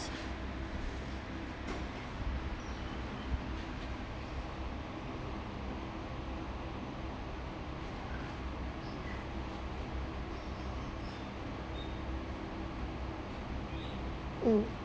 mm